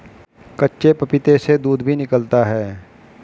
कच्चे पपीते से दूध भी निकलता है